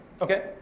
Okay